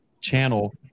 channel